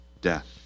death